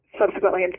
subsequently